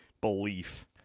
belief